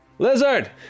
Lizard